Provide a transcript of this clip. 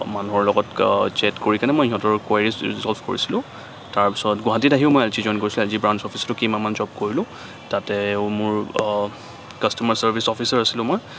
মানুহৰ লগত ছেট কৰিকেনে মই সিহঁতৰ কুৱেৰিছ ৰিজলফ কৰিছিলো তাৰপিছত গুৱাহাটীত আহিও মই এল জি জইন কৰিছিলো এল জি ব্ৰাঞ্চতো কেইমাহমান জব কৰিলো তাতেও মোৰ কাষ্টমাৰ চাৰ্ভিছ অফিচাৰ আছিলো মই